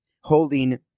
holding